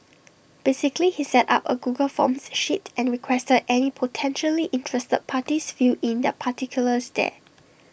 basically he set up A Google forms sheet and requested any potentially interested parties fill in their particulars there